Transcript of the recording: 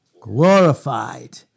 Glorified